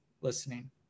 listening